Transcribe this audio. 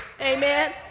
amen